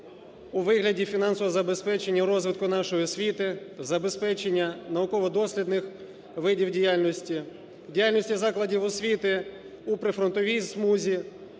у вигляді фінансового забезпечення розвитку нашої освіти, забезпечення науково-дослідних видів діяльності, діяльності закладів освіти у прифронтовій смузі,